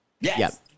Yes